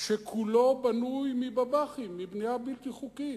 שכולו בנוי מבב"חים, מבנייה בלתי חוקית.